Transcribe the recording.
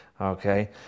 okay